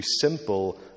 simple